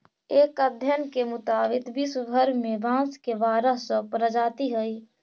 एक अध्ययन के मुताबिक विश्व भर में बाँस के बारह सौ प्रजाति हइ